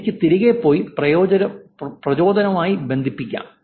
നമുക്ക് തിരികെ പോയി പ്രചോദനവുമായി ബന്ധിപ്പിക്കാം